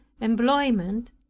employment